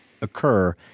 occur